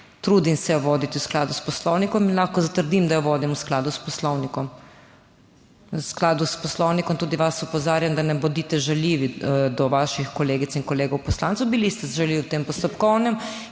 Trudim se jo voditi v skladu s Poslovnikom in lahko zatrdim, da jo vodim v skladu s Poslovnikom. V skladu s Poslovnikom tudi vas opozarjam, da ne bodite žaljivi do vaših kolegic in kolegov poslancev. Bili ste žaljivi v tem postopkovnem